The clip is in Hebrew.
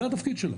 זה התפקיד שלה.